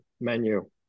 menu